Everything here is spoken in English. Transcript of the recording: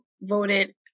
voted